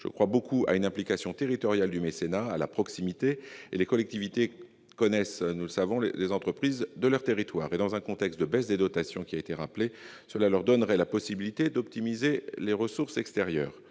Je crois beaucoup à une implication territoriale du mécénat, à la proximité. Les collectivités connaissent, nous le savons, les entreprises de leur territoire. Dans un contexte de baisse des dotations, comme cela a été rappelé, cela leur donnerait la possibilité d'optimiser des ressources extérieures.